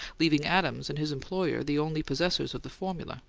leaving adams and his employer the only possessors of the formula,